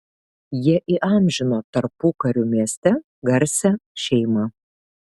jie įamžino tarpukariu mieste garsią šeimą